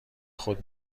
خود